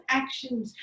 actions